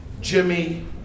Jimmy